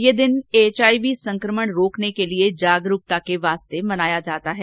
ये दिन H I V संकमण रोकने के लिए जागरूकता के वास्ते मनाया जाता है